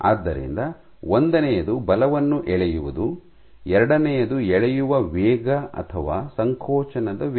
ಆದ್ದರಿಂದ ಒಂದನೆಯದು ಬಲವನ್ನು ಎಳೆಯುವುದು ಎರಡನೆಯದು ಎಳೆಯುವ ವೇಗ ಅಥವಾ ಸಂಕೋಚನದ ವೇಗ